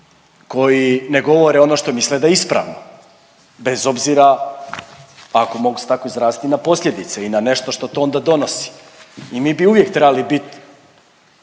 koji ne govore ono što misle da je ispravno bez obzira ako mogu se tako izraziti na posljedice i na nešto što to onda donosi i mi bi uvijek trebali bit,